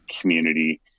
community